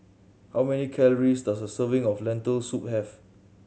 how many calories does a serving of Lentil Soup have